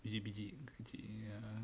biji-biji kecil ah